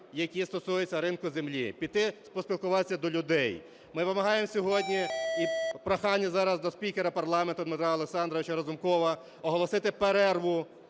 які стосуються ринку землі, піти поспілкуватися до людей. Ми вимагаємо сьогодні і прохання зараз до спікера парламенту Дмитра Олександровича Разумкова оголосити перерву,